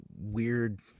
weird